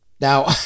Now